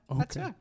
okay